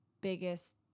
biggest